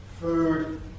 Food